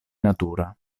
natura